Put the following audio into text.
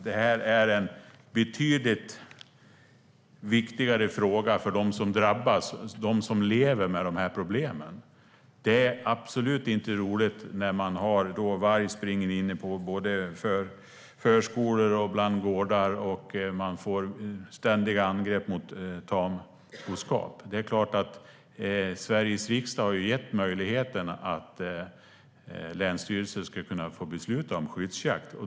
Det här är en betydligt viktigare fråga för dem som drabbas och lever med problemen. Det är absolut inte roligt att varg springer in på förskolor och gårdar, och det är inte roligt med ständiga angrepp mot tamboskap. Sveriges riksdag har gett länsstyrelser möjligheten att besluta om skyddsjakt.